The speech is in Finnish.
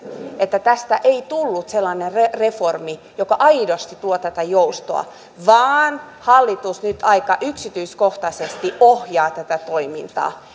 että tästä ei tullut sellainen reformi joka aidosti tuo tätä joustoa vaan hallitus nyt aika yksityiskohtaisesti ohjaa tätä toimintaa